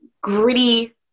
gritty